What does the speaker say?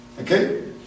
Okay